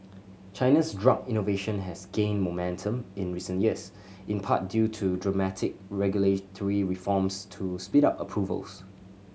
China's drug innovation has gained momentum in recent years in part due to dramatic regulatory reforms to speed up approvals